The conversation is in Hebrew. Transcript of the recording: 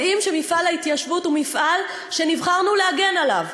יודעים שמפעל ההתיישבות הוא מפעל שנבחרנו להגן עליו,